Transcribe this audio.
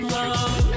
Love